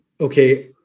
okay